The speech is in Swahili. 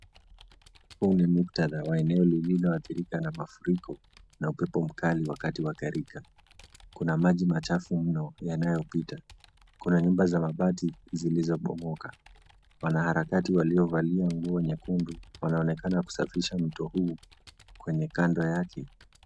Huu ni muktadha wa eneo lilioadhirika na mafuriko na upepo mkali wakati wa gharika. Kuna maji machafu mno yanayopita. Kuna nyumba za mabati zilizobomoka. Wanaharakati waliovalia nguo nyekundu, wanaonekana kusafisha mto huu kwenye kando yake.